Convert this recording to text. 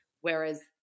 Whereas